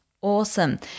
Awesome